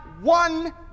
one